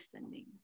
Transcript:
listening